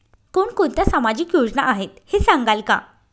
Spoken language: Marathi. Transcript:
कोणकोणत्या सामाजिक योजना आहेत हे सांगाल का?